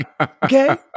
Okay